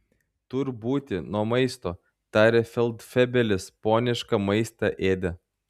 tur būti nuo maisto tarė feldfebelis ponišką maistą ėdė